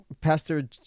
Pastor